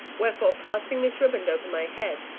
wherefore, passing this riband over my head,